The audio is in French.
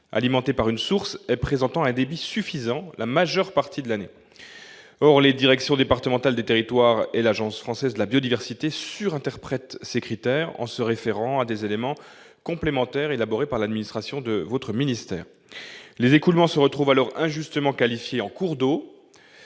alimenté par une source et présentant un débit suffisant la majeure partie de l'année. Or les directions départementales des territoires et l'Agence française pour la biodiversité surinterprètent ces critères en se référant à des éléments complémentaires élaborés par l'administration de votre ministère. Des écoulements se retrouvent alors injustement qualifiés en cours d'eau